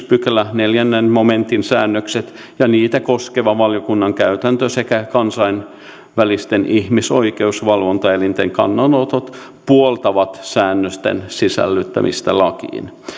pykälän neljännen momentin säännökset ja niitä koskeva valiokunnan käytäntö sekä kansainvälisten ihmisoikeusvalvontaelinten kannanotot puoltavat säännösten sisällyttämistä lakiin